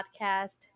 podcast